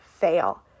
fail